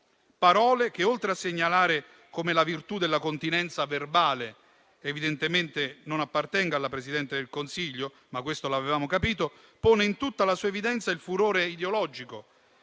parole che, oltre a segnalare come la virtù della continenza verbale evidentemente non appartenga alla Presidente del Consiglio - ma questo l'avevamo capito - ponendo in tutta la sua evidenza il furore ideologico